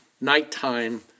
nighttime